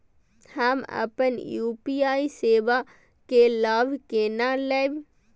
हम अपन यू.पी.आई सेवा के लाभ केना लैब?